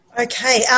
Okay